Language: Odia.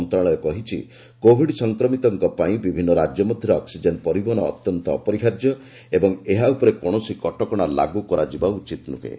ମନ୍ତ୍ରଣାଳୟ କହିଛି କୋବିଡ୍ ସଂକ୍ରମିତଙ୍କ ପାଇଁ ବିଭିନ୍ନ ରାଜ୍ୟ ମଧ୍ୟରେ ଅକ୍କିଜେନ୍ ପରିବହନ ଅତ୍ୟନ୍ତ ଅପରିହାର୍ଯ୍ୟ ଓ ଏହା ଉପରେ କୌଣସି କଟକଣା ଲାଗୁ କରାଯିବା ଉଚିତ ନୁହେଁ